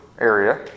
area